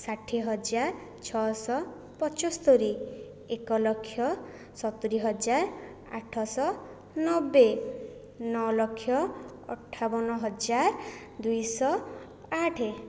ଷାଠିଏ ହଜାର ଛଅ ଶହ ପଞ୍ଚୋସ୍ତରୀ ଏକ ଲକ୍ଷ ସତୁରୀ ହଜାର ଆଠ ଶହ ନବେ ନଅ ଲକ୍ଷ ଅଠାବନ ହଜାର ଦୁଇ ଶହ ଆଠ